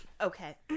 okay